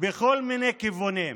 בכל מיני כיוונים.